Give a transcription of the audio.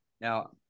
Now